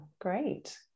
great